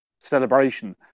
celebration